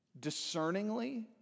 Discerningly